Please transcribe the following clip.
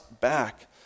back